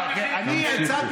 תמשיכו.